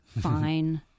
fine